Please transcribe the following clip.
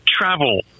travel